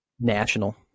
national